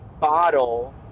bottle